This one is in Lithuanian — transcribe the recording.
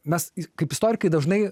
mes kaip istorikai dažnai